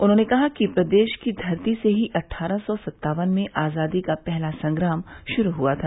उन्होंने कहा कि प्रदेश की धरती से ही अट्टारह सौ सत्तावन में आज़ादी का पहला संग्राम शुरू हुआ था